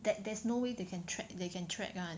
there there's no way they can track they can track [one]